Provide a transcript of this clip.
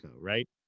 right